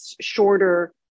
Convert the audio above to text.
shorter